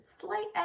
slight